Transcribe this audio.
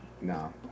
No